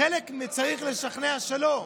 חלק צריך לשכנע שלא.